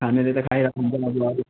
खानेले त खाइराको हुन्छ मासुभात